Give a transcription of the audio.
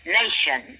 nation